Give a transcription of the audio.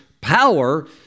power